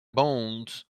bones